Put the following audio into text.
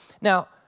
Now